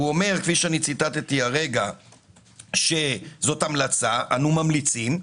הוא אומר כפי שציטטתי שזו המלצה אנו ממליצים.